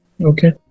Okay